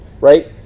Right